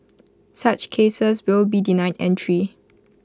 such cases will be denied entry